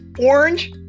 orange